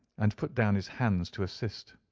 and put down his hands to assist.